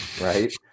Right